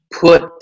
put